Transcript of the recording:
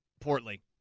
portly